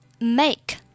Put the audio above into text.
make